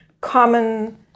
common